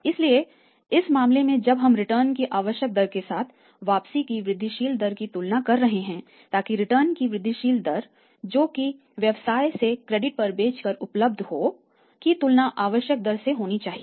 इसलिए इस मामले में जब हम रिटर्न की आवश्यक दर के साथ वापसी की वृद्धिशील दर की तुलना कर रहे हैं ताकि रिटर्न की वृद्धिशील दर जो कि व्यवसाय से क्रेडिट पर बेचकर उपलब्ध हो की तुलना आवश्यक दर से होनी चाहिए